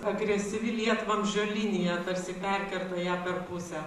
agresyvi lietvamzdžio linija tarsi perkerta ją per pusę